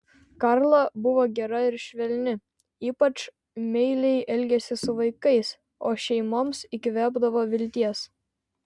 karla buvo gera ir švelni ypač meiliai elgėsi su vaikais o šeimoms įkvėpdavo vilties